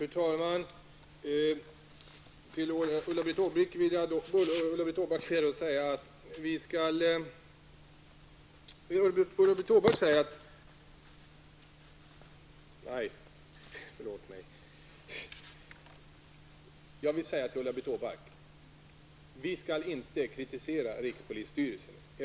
Fru talman! Jag vill till Ulla-Britt Åbark säga följande. Vi skall inte kritisera rikspolisstyrelsen.